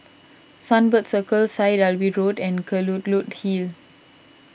Sunbird Circle Syed Alwi Road and Kelulut Hill